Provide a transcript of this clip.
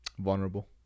Vulnerable